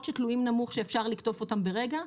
שתלויים נמוך שאפשר לקטוף אותם ברגע.